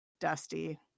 Dusty